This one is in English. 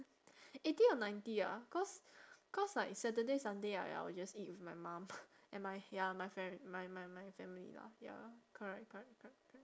eighty or ninety ah cause cause like saturday sunday I I'll just eat with my mom and my ya my fam~ my my my family lah ya correct correct correct correct